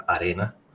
Arena